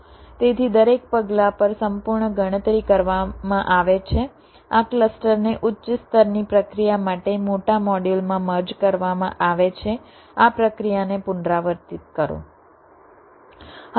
તેથી દરેક પગલા પર સંપૂર્ણ ગણતરી કરવામાં આવે છે આ ક્લસ્ટરને ઉચ્ચ સ્તરની પ્રક્રિયા માટે મોટા મોડ્યુલમાં મર્જ કરવામાં આવે છે આ પ્રક્રિયાને પુનરાવર્તિત કરો